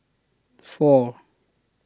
four